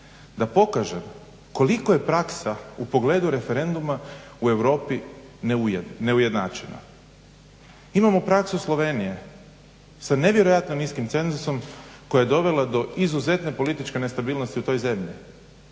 da pokažem koliko je praksa u pogledu referenduma u Europi neujednačena. Imamo praksu Slovenije sa nevjerojatno niskim cenzusom koja je dovela do izuzetne političke nestabilnosti u toj zemlji,